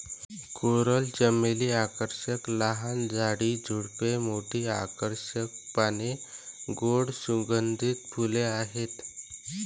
coral चमेली आकर्षक लहान झाड, झुडूप, मोठी आकर्षक पाने, गोड सुगंधित फुले आहेत